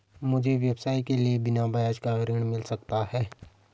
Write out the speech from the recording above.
मुझे व्यवसाय के लिए बिना ब्याज का ऋण मिल सकता है?